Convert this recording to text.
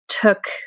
took